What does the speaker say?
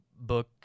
book